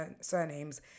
surnames